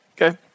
okay